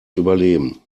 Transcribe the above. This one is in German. überleben